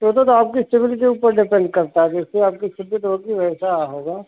तो तो तो आपकी सिबिल के ऊपर डिपेन्ड करता है जैसे आपकी सिबिल होगी वैसा होगा